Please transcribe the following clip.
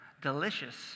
delicious